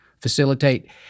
facilitate